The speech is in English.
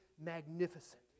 magnificent